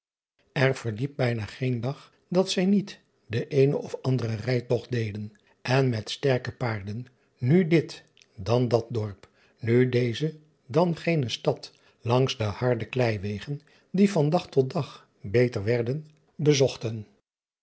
r verliep bijna geen dag dat zij niet den eenen of anderen rijtogt deden en met sterke paarden nu dit dan dat dorp nu deze dan gene stad langs de harde kleiwegen die van dag tot dag beter werden bezochten